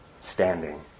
standing